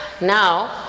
Now